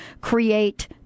create